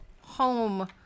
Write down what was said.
home